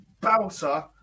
bouncer